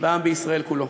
והעם בישראל כולו: